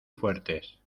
fuertes